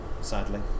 sadly